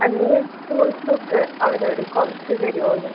അത് നീ ചോദിച്ച് നോക്ക് അവരോട് കുറച്ച് തരുവോ എന്ന്